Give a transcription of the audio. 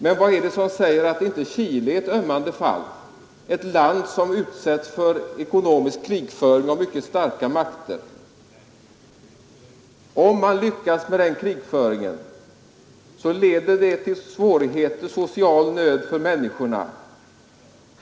Men vad är det som säger att inte Chile är ett ömmande fall, ett land Exportkreditga som utsätts för ekonomisk krigföring av mycket starka makter. Om man lyckas med denna krigföring leder det till svårigheter och social nöd för människorna.